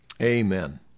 Amen